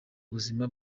ubuzima